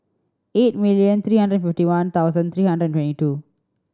eight million three hundred fifty one thousand three hundred and twenty two